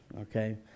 okay